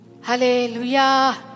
Hallelujah